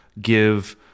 give